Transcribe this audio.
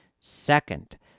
Second